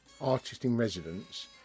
artist-in-residence